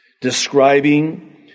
describing